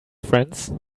friends